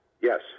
Yes